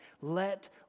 Let